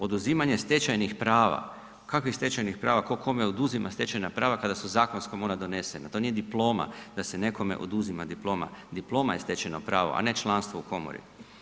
Oduzimanje stečajnih prava, kakvih stečajnih prava, tko kome oduzima stečajna prava kada su zakonskom ona donesena, to nije diploma da se nekome oduzima diploma, diploma je stečeno pravo, a ne članstvo u komori.